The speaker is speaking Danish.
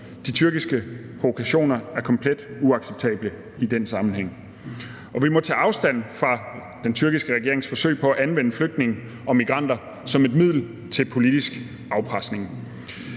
De tyrkiske provokationer er komplet uacceptable i den sammenhæng. Vi må tage afstand fra den tyrkiske regerings forsøg på at anvende flygtninge og migranter som et middel til politisk afpresning.